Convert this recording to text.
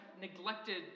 neglected